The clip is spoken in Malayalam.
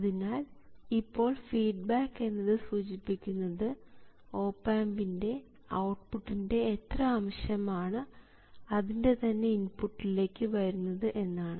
അതിനാൽ ഇപ്പോൾ ഫീഡ്ബാക്ക് എന്നത് സൂചിപ്പിക്കുന്നത് ഓപ് ആമ്പിൻറെ ഔട്ട്പുട്ടിൻറെ എത്ര അംശമാണ് അതിൻറെ തന്നെ ഇൻപുട്ടിലേക്ക് വരുന്നത് എന്നാണ്